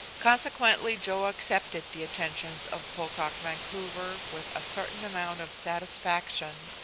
consequently joe accepted the attentions of pocock vancouver with a certain amount of satisfaction,